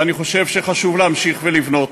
ואני חושב שחשוב להמשיך לבנות,